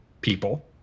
people